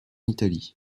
italie